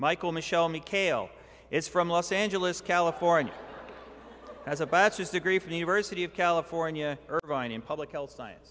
michael michelle mikail is from los angeles california has a bachelor's degree from university of california irvine in public health